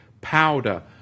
powder